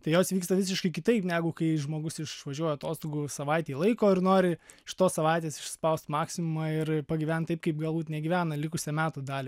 tai jos vyksta visiškai kitaip negu kai žmogus išvažiuoja atostogų savaitei laiko ir nori iš tos savaitės išspausti maksimumą ir pagyvent taip kaip galbūt negyvena likusią metų dalį